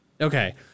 Okay